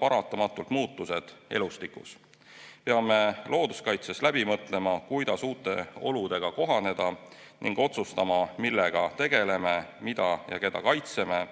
paratamatult kaasnevad muutused elustikus. Peame looduskaitses läbi mõtlema, kuidas uute oludega kohaneda, ning otsustama, millega tegeleme, mida ja keda kaitseme